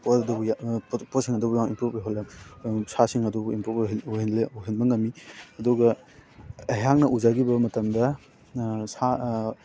ꯄꯣꯠ ꯑꯗꯨꯨꯕꯨ ꯄꯣꯠꯁꯤꯡ ꯑꯗꯨꯕꯨ ꯌꯥꯝ ꯏꯝꯄ꯭ꯔꯨꯞ ꯁꯥꯁꯤꯡ ꯑꯗꯨꯕꯨ ꯏꯝꯄ꯭ꯔꯨꯞ ꯑꯣꯏꯍꯟ ꯑꯣꯏꯍꯜꯂꯤ ꯑꯣꯏꯍꯟꯕ ꯉꯝꯃꯤ ꯑꯗꯨꯒ ꯑꯩꯍꯥꯛꯅ ꯎꯖꯈꯤꯕ ꯃꯇꯝꯗ ꯁꯥ